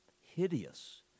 Hideous